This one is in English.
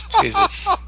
Jesus